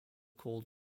called